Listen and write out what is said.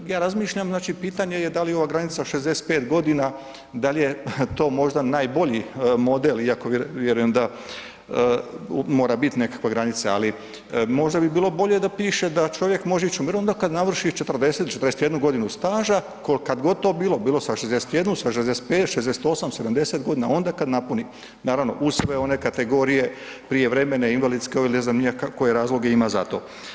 Čak ja razmišljam, znači pitanje je da li ova granica 65 godina, da li je to možda najbolji model iako vjerujem da mora biti nekakva granica, ali možda bi bilo bolje da piše da čovjek može ići u mirovinu kad navrši 40 ili 41 godinu staža, kad god to bilo, bilo sa 61, sa 65, 68, 70, onda kad napuni, naravno uz sve one kategorije prijevremene, invalidske ili ne znam ja koje razloge ima za to.